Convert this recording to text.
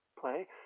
play